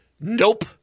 Nope